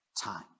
time